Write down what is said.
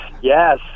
yes